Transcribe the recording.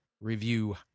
review